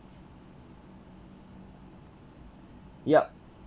yup